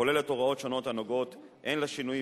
כוללת הוראות שונות הנוגעות הן לשינויים